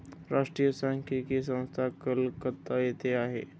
राष्ट्रीय सांख्यिकी संस्था कलकत्ता येथे आहे